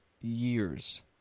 years